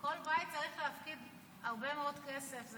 כל בית צריך להפקיד הרבה מאוד כסף.